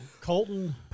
Colton